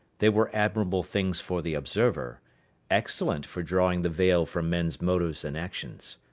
they were admirable things for the observer excellent for drawing the veil from men's motives and actions.